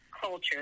culture